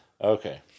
Okay